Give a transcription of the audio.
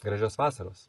gražios vasaros